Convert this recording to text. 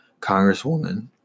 congresswoman